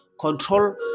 Control